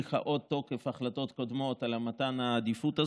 הוארך תוקף ההחלטות הקודמות למתן העדיפות הזאת.